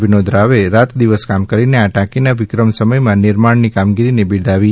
વિનોદ રાવે રાતદિવસ કામ કરીને આ ટાંકીના વિક્રમ સમયમાં નિર્માણની કામગીરીને બિરદાવી